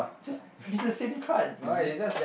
just just the same card dude